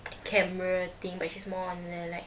camera thing but she's more on the like